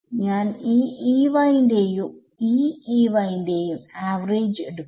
ഞാൻ ഈ ന്റെയും ഈ ന്റെയും ആവറേജ് എടുക്കും